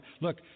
Look